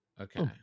Okay